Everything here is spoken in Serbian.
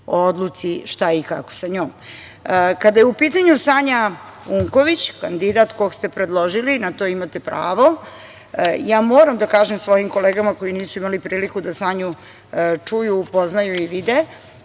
o odluci šta i kako sa njom. Kada je u pitanju Sanja Unković, kandidat kog ste predložili, na to imate pravo, ja moram da kažem svojim kolegama koji nisu imali priliku da Sanju čuju, upoznaju i vide,